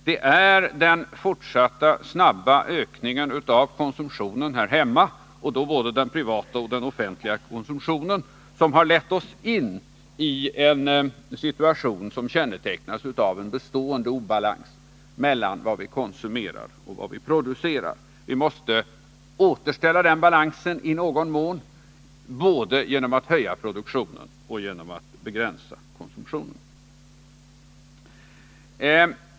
Det är den fortsatta snabba ökningen av konsumtionen här hemma — både den privata och den offentliga konsumtionen — som har lett oss in i en situation som kännetecknas av en bestående obalans mellan vad vi konsumerar och vad vi producerar. Vi måste återställa den balansen i någon mån, både genom att höja produktionen och genom att begränsa konsumtionen.